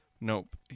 Nope